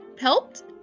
helped